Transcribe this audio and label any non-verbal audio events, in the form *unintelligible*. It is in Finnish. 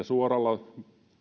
*unintelligible* suoralla pienellä